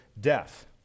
death